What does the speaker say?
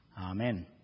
Amen